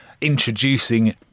introducing